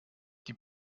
die